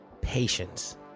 patience